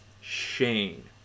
shane